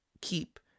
keep